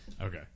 Okay